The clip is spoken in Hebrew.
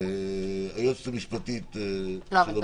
היועצת המשפטית --- לא,